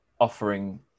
offering